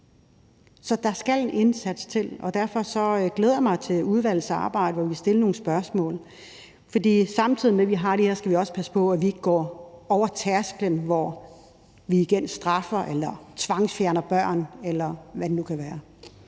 Så der skal en indsats til, og derfor glæder jeg mig til udvalgets arbejde, og jeg vil stille nogle spørgsmål. For samtidig med at vi har det her, skal vi også passe på, at vi ikke går over tærsklen, så vi igen straffer eller tvangsfjerner børn, eller hvad det nu kan være.